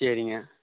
சரிங்க